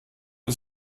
des